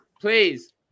please